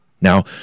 Now